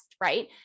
right